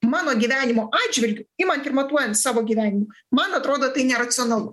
mano gyvenimo atžvilgiu imant ir matuojant savo gyvenimą man atrodo tai neracionalu